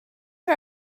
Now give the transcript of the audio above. her